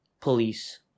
Police